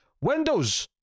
Windows